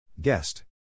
Guest